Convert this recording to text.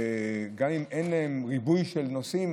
גם אם אין ריבוי של נוסעים,